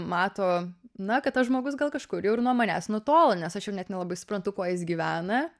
mato na kad tas žmogus gal kažkur jau ir nuo manęs nutolo nes aš jau net nelabai suprantu kuo jis gyvena